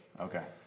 Okay